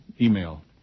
email